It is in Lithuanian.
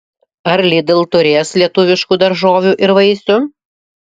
ar lidl turės lietuviškų daržovių ir vaisių